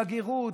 בגרות,